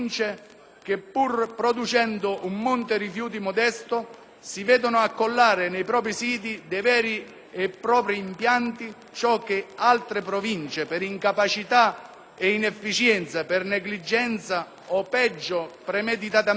che, pur producendo un monte rifiuti modesto, si vedono accollare sui propri siti, sui propri impianti ciò che altre Province, per incapacità e inefficienza, per negligenza o, peggio, premeditatamente,